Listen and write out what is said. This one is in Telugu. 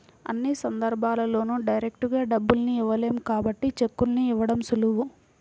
అన్ని సందర్భాల్లోనూ డైరెక్టుగా డబ్బుల్ని ఇవ్వలేం కాబట్టి చెక్కుల్ని ఇవ్వడం సులువు